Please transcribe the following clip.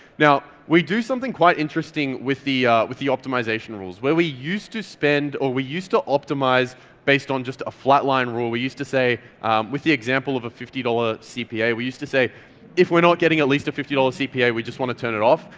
now, we do something quite interesting with the with the optimisation rules. where we used to spend or we used to optimise based on just a flat line rule, we used to say with the example of a fifty dollars cpa, we used to say if we're not getting at least a fifty dollars cpa we just want to turn it off,